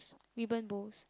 ribbon bows